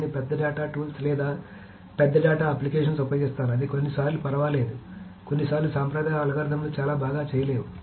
నేను పెద్ద data tools లేదా పెద్ద డేటా అప్లికేషన్ను ఉపయోగిస్తాను అది కొన్నిసార్లు ఫర్వాలేదు కొన్నిసార్లు సాంప్రదాయ అల్గోరిథంలు చాలా బాగా చేయగలవు